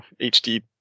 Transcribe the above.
HD